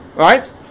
Right